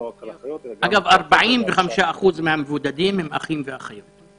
אגב, 45% מהמבודדים הם אחים ואחיות.